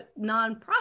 nonprofit